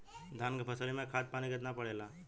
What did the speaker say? धान क फसलिया मे खाद पानी कितना पड़े ला?